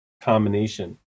combination